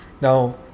Now